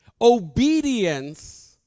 Obedience